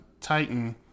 titan